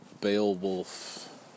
Beowulf